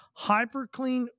Hyperclean